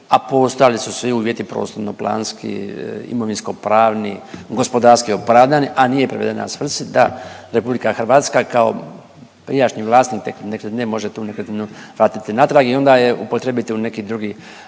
a postojali su svi uvjeti prostorno-planski, imovinsko-pravni, gospodarski opravdani, a nije privedena svrsi da RH kao prijašnji vlasnik te nekretnine može tu nekretninu vratiti natrag i onda je upotrijebiti u neki drugi,